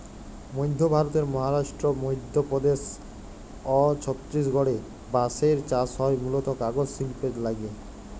মইধ্য ভারতের মহারাস্ট্র, মইধ্যপদেস অ ছত্তিসগঢ়ে বাঁসের চাস হয় মুলত কাগজ সিল্পের লাগ্যে